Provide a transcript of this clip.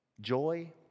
joy